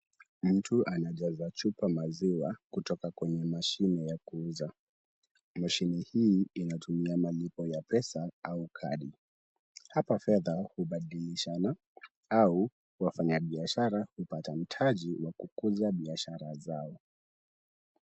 Mtu anajaza chupa maziwa kutoka kwenye mashine ya kuuza. Mashini hii inatumia malipo ya pesa au kadi. Hapa fedha hubadilishana au wafanya biashara hupata mtaji wa kukuza biashara zao.